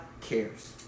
cares